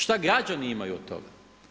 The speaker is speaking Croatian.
Šta građani imaju od toga?